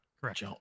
Correct